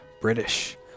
british